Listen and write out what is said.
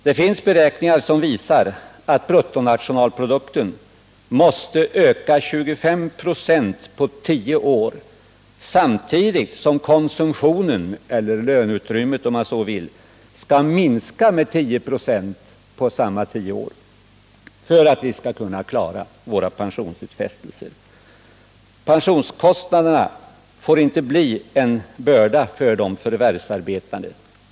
Det finns beräkningar som visar att bruttonationalprodukten måste öka 25 96 på tio år, medan konsumtionen — eller löneutrymmet, om man så vill — skall minska med 10 96 på samma tio år, för att vi skall kunna klara våra pensionsutfästelser. Pensionskostnaderna får inte bli en börda för de förvärvsarbetande.